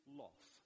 loss